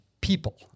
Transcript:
people